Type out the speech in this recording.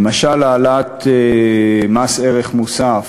למשל, הורדת מס ערך מוסף